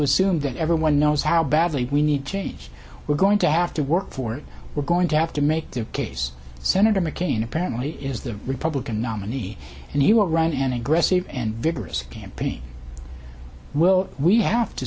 assume that everyone knows how badly we need change we're going to have to work for it we're going to have to make the case senator mccain apparently is the republican nominee and he won't run an aggressive and vigorous campaign will we have to